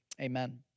Amen